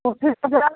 कोठी बाज़ार